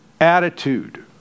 attitude